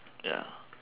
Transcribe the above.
ya